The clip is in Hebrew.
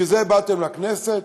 בשביל זה באתם לכנסת?